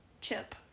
chip